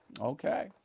Okay